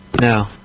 No